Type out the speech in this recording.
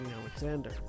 Alexander